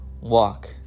Walk